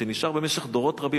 שנשאר במשך דורות רבים,